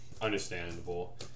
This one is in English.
understandable